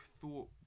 thought